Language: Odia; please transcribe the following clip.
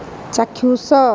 ଚାକ୍ଷୁଷ